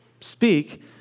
speak